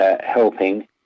helping